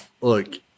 Look